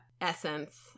essence